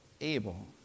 Abel